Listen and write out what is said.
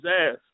ass